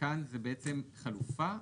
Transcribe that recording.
וכאן זה בעצם חלופה?